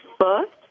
first